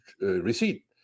receipt